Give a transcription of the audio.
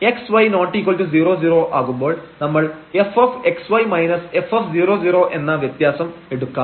xy≠00 ആകുമ്പോൾ നമ്മൾ fxy f00 എന്ന വ്യത്യാസം എടുക്കാം